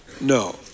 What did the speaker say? No